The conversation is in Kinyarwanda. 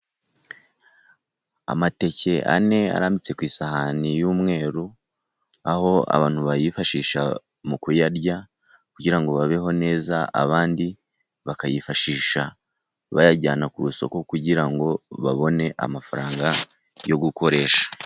Amateke ane arambitse ku isahani y'umweru, aho abantu bayifashisha mu kuyarya kugira ngo babeho neza, abandi bakayifashisha bayajyana ku isoko kugira ngo babone amafaranga yo gukoresha.